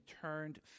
turned